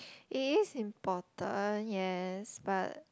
it is important yes but